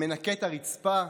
מנקה את הרצפה,